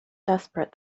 desperate